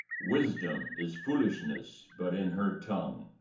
wisdom is foolishness but in her tongue,